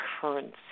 currency